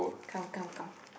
come come come